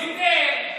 דיבר,